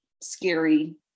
scary